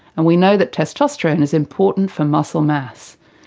and we know that testosterone is important for muscle mass.